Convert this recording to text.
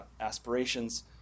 aspirations